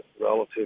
relative